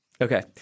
Okay